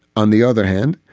on the other hand.